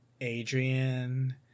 Adrian